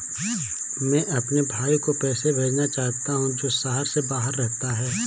मैं अपने भाई को पैसे भेजना चाहता हूँ जो शहर से बाहर रहता है